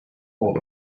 all